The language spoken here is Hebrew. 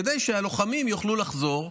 כדי שהלוחמים יוכלו לחזור,